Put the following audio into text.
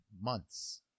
months